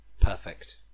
Perfect